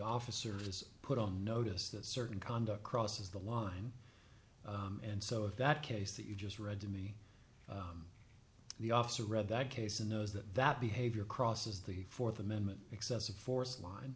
officers is put on notice that certain conduct crosses the line and so if that case that you just read to me the officer read that case knows that that behavior crosses the th amendment excessive force line